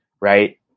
right